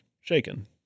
shaken